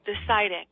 deciding